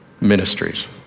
ministries